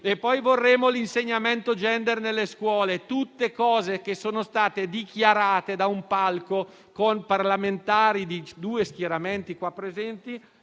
e poi vorremo l'insegnamento *gender* nelle scuole. Tutte cose che sono state dichiarate da un palco, davanti a parlamentari appartenenti a due schieramenti qui presenti